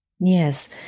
Yes